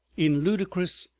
in ludicrous,